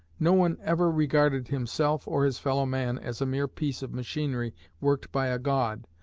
no one ever regarded himself or his fellow-man as a mere piece of machinery worked by a god,